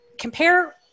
compare